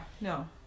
No